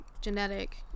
genetic